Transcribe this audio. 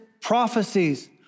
prophecies